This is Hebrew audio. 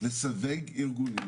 לסווג ארגונים,